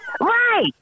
right